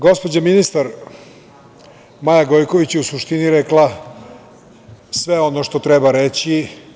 Gospođa ministar, Maja Gojković je u suštini rekla sve ono što treba reći.